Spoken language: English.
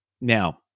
Now